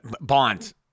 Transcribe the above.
Bonds